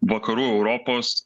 vakarų europos